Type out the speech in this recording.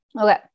Okay